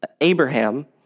Abraham